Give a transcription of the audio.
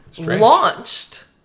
launched